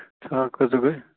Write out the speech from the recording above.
تھا کٔژو گٔے